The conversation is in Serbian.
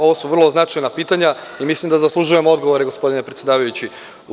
Ovo su vrlo značajna pitanja i mislim da zaslužujemo odgovore, gospodine predsedavajući.